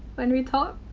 when we talk.